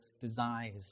desires